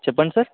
చెప్పండి సార్